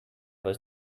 was